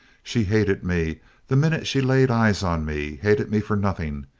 she hated me the minute she laid eyes on me hated me for nothing!